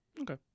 Okay